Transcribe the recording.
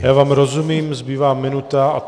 Já vám rozumím, zbývá minuta.